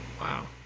wow